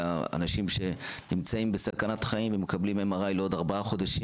אנשים נמצאים בסכנת חיים והם מקבלים MRI לעוד ארבעה חודשים